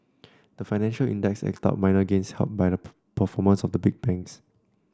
the financial index eked out minor gains helped by the performance of the big banks